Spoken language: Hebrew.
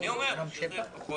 אני אומר שזה פחות דמוקרטי.